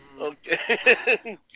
Okay